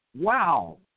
wow